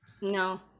No